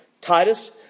Titus